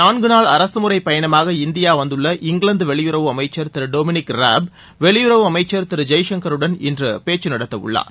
நான்கு நாள் அரசமுறை பயணமாக இந்தியா வந்தள்ள இங்கிலாந்து வெளியுறவு அமைச்சர் திரு டொமினிக் ராப் வெளியுறவு அமைச்சர் திரு ஜெய்சங்கருடன் இன்று பேச்சு நடத்தவுள்ளார்